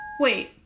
Wait